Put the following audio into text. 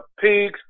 pigs